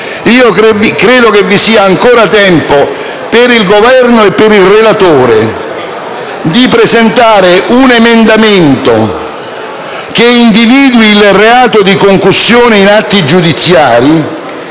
che vi sia ancora tempo per il Governo e per il relatore di presentare un emendamento che individui il reato di concussione in atti giudiziari